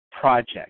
project